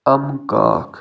اَمہٕ کاکھ